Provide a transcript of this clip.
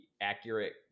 accurate